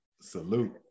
Salute